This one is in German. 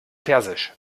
persisch